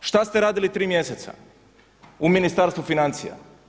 Šta ste radili tri mjeseca u Ministarstvu financija?